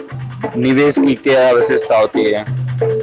निवेश की क्या विशेषता होती है?